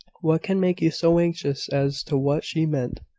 what can make you so anxious as to what she meant?